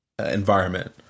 environment